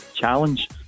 challenge